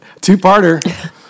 Two-parter